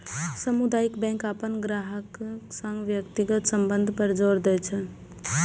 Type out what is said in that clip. सामुदायिक बैंक अपन ग्राहकक संग व्यक्तिगत संबंध पर जोर दै छै